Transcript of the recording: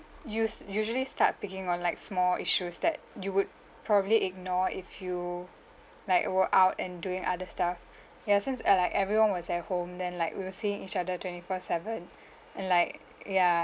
you usually start picking on like small issues that you would probably ignore if you like were out and doing other stuff ya since uh like everyone was at home then like we were seeing each other twenty-four seven and like ya